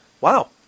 Wow